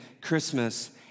Christmas